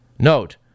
Note